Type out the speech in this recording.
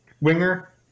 winger